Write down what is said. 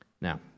Now